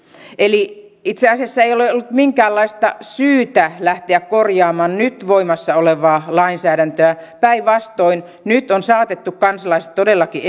eli itse asiassa ei ole ollut minkäänlaista syytä lähteä korjaamaan nyt voimassa olevaa lainsäädäntöä päinvastoin nyt on saatettu kansalaiset todellakin